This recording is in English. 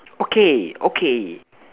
okay okay